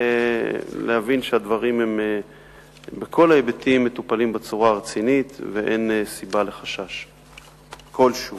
להבין שהדברים מטופלים בצורה רצינית מכל ההיבטים ואין סיבה לחשש כלשהו.